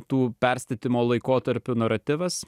tų perstatymo laikotarpiu naratyvas